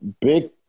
Big